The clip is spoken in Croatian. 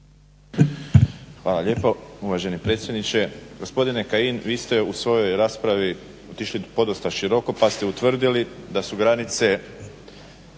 Hvala lijepo uvaženi predsjedniče. Gospodine Kajin, vi ste u svojoj raspravi otišli podosta široko pa ste utvrdili da su granice